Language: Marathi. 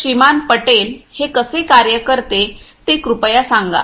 तर श्रीमान पटेल हे कसे कार्य करते ते कृपया सांगा